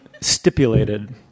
stipulated